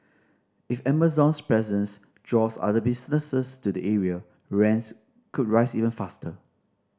if Amazon's presence draws other businesses to the area rents could rise even faster